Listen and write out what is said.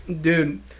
Dude